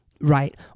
right